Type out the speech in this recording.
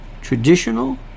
traditional